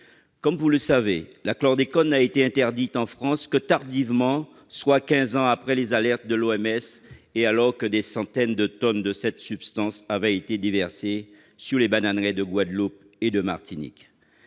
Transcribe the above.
Comme vous le savez, la chlordécone n'a été interdite en France que tardivement, soit quinze ans après les alertes de l'OMS, l'Organisation mondiale de la santé, et alors que des centaines de tonnes de cette substance avaient été déversées sur les bananeraies de Guadeloupe et de Martinique.